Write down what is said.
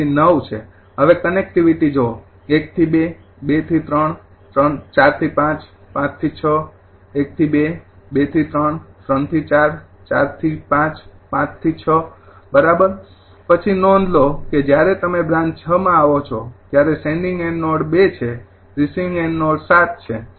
તેથી તે ૯ છેહવે કનેક્ટિવિટી જુવો ૧ થી ૨ ૨ થી ૩ ૪ થી ૫ ૫ થી ૬ ૧ થી ૨ ૨ થી ૩ ૩ થી ૪ ૪ થી ૫ ૫ થી ૬ બરાબર પછી નોંધ લો કે જ્યારે તમે બ્રાન્ચ ૬ માં આવો છો ત્યારે સેંડિંગ એન્ડ નોડ એ ૨ છે રિસીવિંગ એન્ડ નોડ ૭ છે